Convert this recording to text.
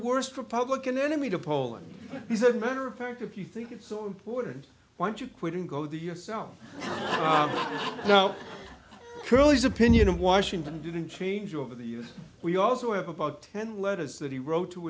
worst republican enemy to poland he said matter of fact if you think it's so important why don't you quit and go there yourself now curly's opinion of washington didn't change over the years we also have about ten letters that he wrote to